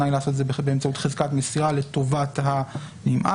לעשות את זה באמצעות חזקת מסירה לטובת הנמען,